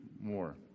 more